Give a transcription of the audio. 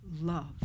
love